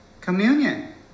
Communion